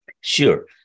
Sure